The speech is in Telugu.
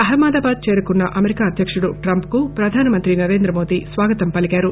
అహ్మదాబాద్ చేరుకున్న అమెరికా అధ్యకుడు ట్రంప్ కు ప్రధానమంత్రి నరేంద్రమోదీ స్వాగతం పలికారు